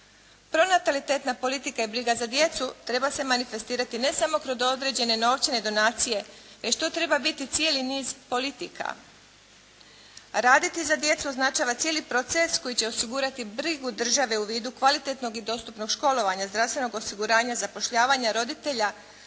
Pronatalitetna politika i briga za djecu treba se manifestirati ne samo kroz određene novčane donacije, već to treba biti cijeli niz politika. Raditi za djecu označava cijeli proces koji će osigurati brigu države u vidu kvalitetnog i dostupnog školovanja, zdravstvenog osiguranja, zapošljavanja roditelja